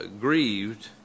grieved